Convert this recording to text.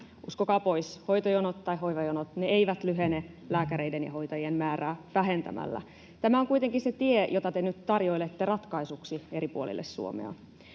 Uskokaa pois: hoitojonot tai hoivajonot eivät lyhene lääkäreiden ja hoitajien määrää vähentämällä. Tämä on kuitenkin se tie, jota te nyt tarjoilette ratkaisuksi eri puolille Suomea.